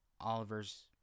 Oliver's